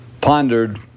pondered